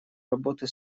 работы